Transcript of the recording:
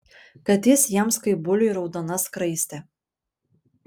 kad jis jiems kaip buliui raudona skraistė